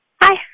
Hi